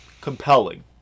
compelling